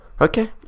Okay